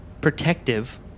protective